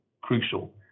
crucial